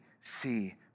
see